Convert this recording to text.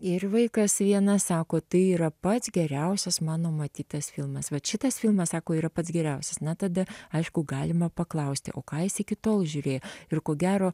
ir vaikas vienas sako tai yra pats geriausias mano matytas filmas vat šitas filmas sako yra pats geriausias na tada aišku galima paklausti o ką jis iki tol žiūrėjo ir ko gero